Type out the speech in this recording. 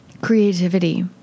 creativity